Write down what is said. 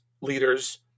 leaders